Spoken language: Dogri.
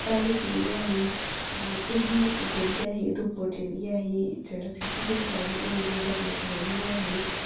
पैहले जेह्ड़ी ऐ ही इन्नी जेह्ड़ी ऐ ही उधमपुर जेह्ड़ी ऐ ही जेह्ड़ी सिटी ऐ साढ़ी ओह् इन्नी डवैल्प नेईं ऐ ही